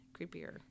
creepier